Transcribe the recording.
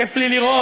כיף לי לראות,